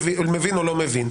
לומר: